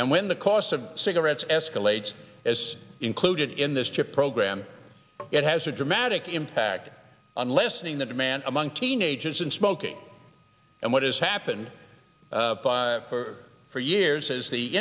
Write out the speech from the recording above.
and when the cost of cigarettes escalates as included in this chip program it has a dramatic impact on lessening the demand among teenagers and smoking and what has happened for for years as the